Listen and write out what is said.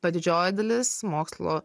bet didžioji dalis mokslo